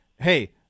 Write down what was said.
hey